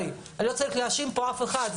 לא צריך להאשים פה אף אחד.